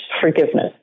forgiveness